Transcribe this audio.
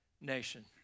nation